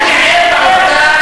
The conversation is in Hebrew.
אני ער לעובדה